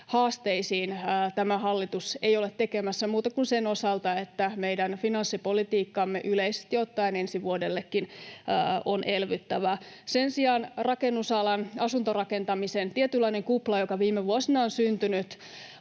haasteisiin muuten kuin sen osalta, että meidän finanssipolitiikkamme yleisesti ottaen ensi vuodellekin on elvyttävää. Sen sijaan rakennusalalla asuntorakentamisen tietynlainen kupla, joka viime vuosina on syntynyt